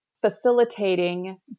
facilitating